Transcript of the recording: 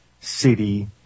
city